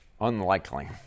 unlikely